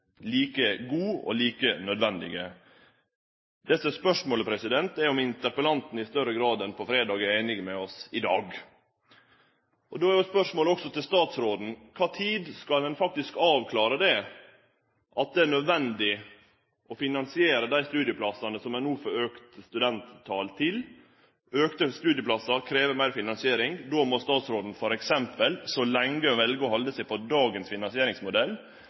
like gode og like nødvendige. Spørsmålet er om interpellanten i større grad enn på fredag er einig med oss i dag. Og då er spørsmålet også til statsråden: Kva tid skal ein faktisk avklare at det er nødvendig å finansiere dei studieplassane som ein no får auka studenttal til? Auka studieplassar krev meir finansiering. Då må statsråden f.eks., så lenge ho vel å halde seg til dagens finansieringsmodell,